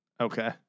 okay